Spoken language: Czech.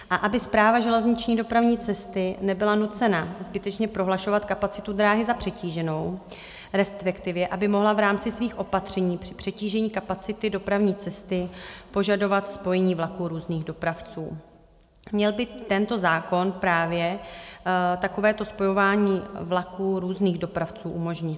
A aby Správa železniční dopravní cesty nebyla nucena zbytečně prohlašovat kapacitu dráhy za přetíženou, resp. aby mohla v rámci svých opatření při přetížení kapacity dopravní cesty požadovat spojení vlaků různých dopravců, měl by tento zákon právě takovéto spojování vlaků různých dopravců umožnit.